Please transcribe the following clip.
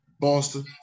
Boston